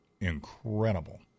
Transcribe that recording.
incredible